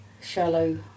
shallow